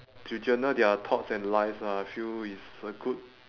to journal their thoughts and lives lah I feel it's a good